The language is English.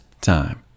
time